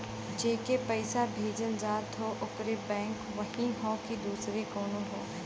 जेके पइसा भेजल जात हौ ओकर बैंक वही हौ कि दूसर कउनो हौ